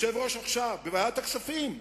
עכשיו היושב-ראש, בוועדת הכספים,